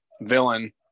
villain